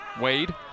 Wade